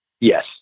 Yes